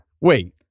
wait